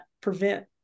prevent